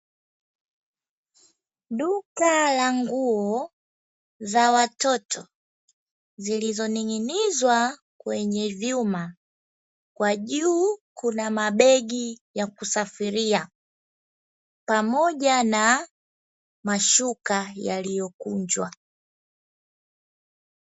Duka la nguo za watoto zilizoning'inizwa kwenye vyuma, kwa juu kuna mabegi ya kusafiria pamoja na mashuka yaliyokunjwa.